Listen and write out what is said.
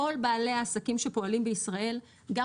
כל בעלי העסקים שפועלים בישראל גם